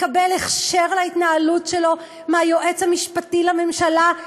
מקבל הכשר להתנהלות שלו מהיועץ המשפטי לממשלה,